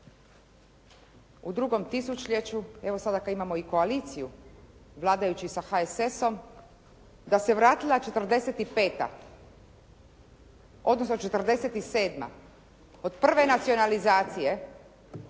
u drugom tisućljeću, evo sada kada imamo i koaliciju vladajući sa HSS-om, da se vratila 45. odnosno 47. od prve nacionalizacije